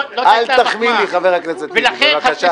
אל תחמיא לי, חבר הכנסת טיבי.